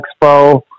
Expo